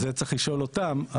זה צריך לשאול אותם.